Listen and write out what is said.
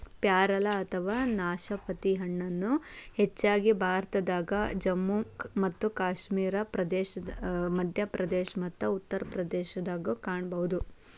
ಪ್ಯಾರಲ ಅಥವಾ ನಾಶಪತಿ ಹಣ್ಣನ್ನ ಹೆಚ್ಚಾಗಿ ಭಾರತದಾಗ, ಜಮ್ಮು ಮತ್ತು ಕಾಶ್ಮೇರ, ಮಧ್ಯಪ್ರದೇಶ ಮತ್ತ ಉತ್ತರ ಪ್ರದೇಶದಾಗ ಕಾಣಬಹುದು